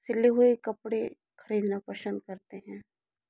सिले हुए कपड़े ख़रीदना पासंद करते हैं